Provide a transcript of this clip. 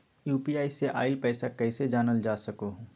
UPI से आईल पैसा कईसे जानल जा सकहु?